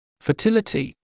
fertility